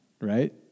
right